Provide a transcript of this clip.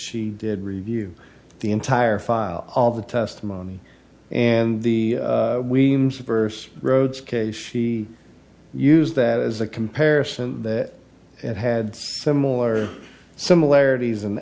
she did review the entire file all the testimony and the verse roads case she used that as a comparison that it had similar similarities